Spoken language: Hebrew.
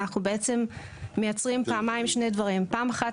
אנחנו בעצם מייצרים פעמיים שני דברים: פעם אחת,